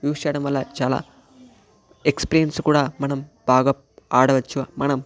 use చేయడం వల్ల చాలా ఎక్స్పీరియన్స్ కూడా మనం బాగా ఆడవచ్చు మనం